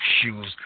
shoes